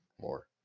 more